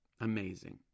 amazing